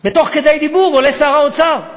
ותוך כדי דיבור עולה שר האוצר,